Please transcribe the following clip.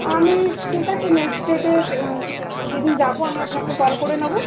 আমি ঠিক আছে নেক্সট ডেটে যে দিন যাবো আমি আপনাকে কল করে নেবো